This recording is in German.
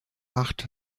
acht